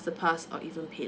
or even paylah